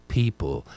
people